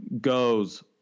goes